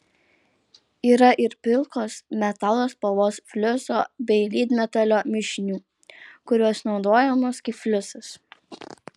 yra ir pilkos metalo spalvos fliuso bei lydmetalio mišinių kurios naudojamos kaip fliusas